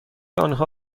آنها